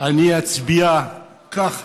אני אצביע ככה,